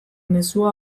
mezua